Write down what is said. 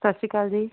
ਸਤਿ ਸ਼੍ਰੀ ਅਕਾਲ ਜੀ